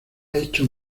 hecho